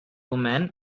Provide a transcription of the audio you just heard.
woman